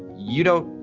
you don't,